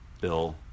Bill